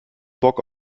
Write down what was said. bock